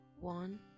One